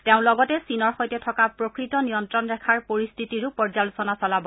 তেওঁ লগতে চীনৰ সৈতে থকা প্ৰকৃত নিয়ন্নণ ৰেখাৰ পৰিস্থিতিৰো পৰ্যালোচনা চলাব